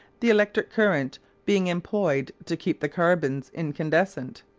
the electric current being employed to keep the carbons incandescent.